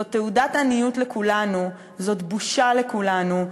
זאת תעודת עניות, זאת בושה לכולנו.